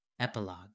Epilogue